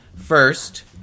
first